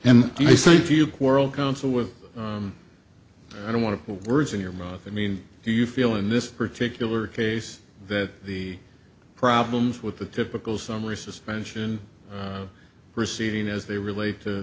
then they say if you quarrel counsel with i don't want to words in your mouth i mean do you feel in this particular case that the problems with the typical summary suspension proceeding as they relate to